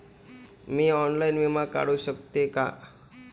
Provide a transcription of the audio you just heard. मी online विमा काढू शकते का?